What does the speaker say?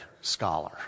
scholar